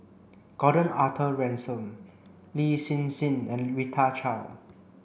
Gordon Arthur Ransome Lin Hsin Hsin and Rita Chao